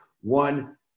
one